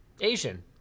Asian